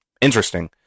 interesting